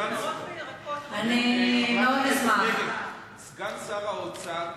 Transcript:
חברת הכנסת רגב, סגן שר האוצר,